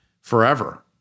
forever